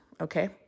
Okay